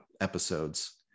episodes